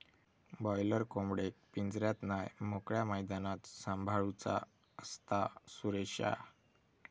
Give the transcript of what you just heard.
boiler कोंबडेक पिंजऱ्यात नाय मोकळ्या मैदानात सांभाळूचा असता, सुरेशा